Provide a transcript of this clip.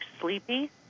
sleepy